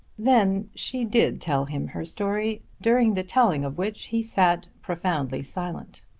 then she did tell him her story, during the telling of which he sat profoundly silent.